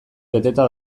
beteta